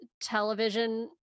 Television